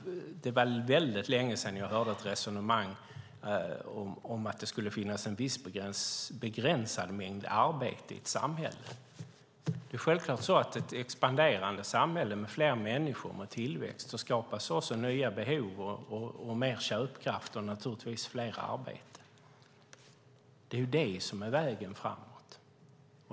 Det var väldigt länge sedan jag hörde ett resonemang om att det skulle finnas en viss begränsad mängd arbete i ett samhälle. Det är självklart så att ett expanderande samhälle med fler människor ger tillväxt. Då skapas också nya behov, mer köpkraft och naturligtvis fler i arbete. Det är vägen framåt.